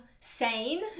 sane